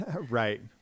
Right